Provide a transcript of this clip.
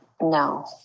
No